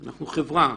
אנחנו חברה.